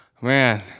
Man